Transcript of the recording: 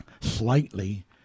slightly